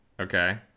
okay